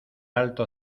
alto